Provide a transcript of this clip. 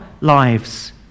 lives